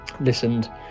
listened